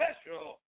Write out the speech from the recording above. special